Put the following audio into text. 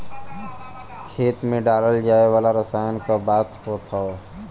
खेत मे डालल जाए वाला रसायन क बात होत हौ